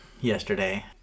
yesterday